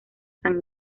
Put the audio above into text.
san